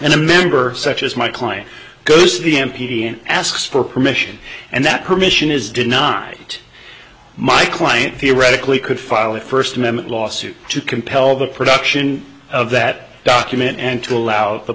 and a member such as my client goes to the m p and asks for permission and that permission is denied it my client theoretically could file a first amendment lawsuit to compel the production of that document and to allow the